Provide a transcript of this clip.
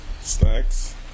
Snacks